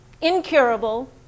Incurable